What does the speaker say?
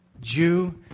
Jew